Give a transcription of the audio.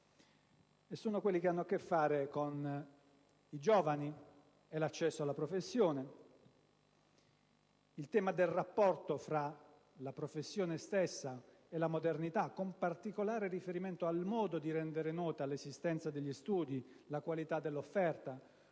Sono quelli che hanno a che fare: con i giovani e con l'accesso alla professione; con il tema del rapporto fra la professione stessa e la modernità, con particolare riferimento al modo di rendere nota l'esistenza degli studi, la qualità dell'offerta,